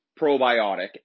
probiotic